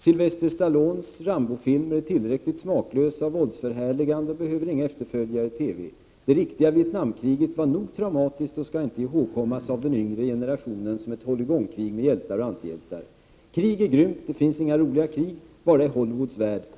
Sylvester Stallones Rambofilmer är tillräckligt smaklösa och våldsförhärligande och behöver inga efterföljare i teve. Det riktiga Vietnamkriget var nog traumatiskt och ska inte ihågkommas av den yngre generationen som ett ”håll-igång-krig” med hjältar och antihjältar. Krig är grymt. Det finns inga roliga krig — bara i Hollywoods värld.